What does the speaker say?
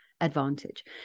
advantage